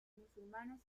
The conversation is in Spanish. musulmanes